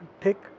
take